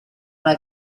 una